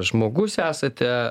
žmogus esate